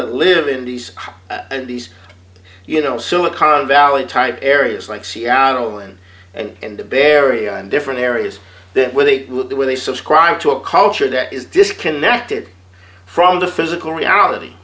that live in these and these you know silicon valley type areas like seattle and and and the bay area and different areas that where they will be where they subscribe to a culture that is disconnected from the physical reality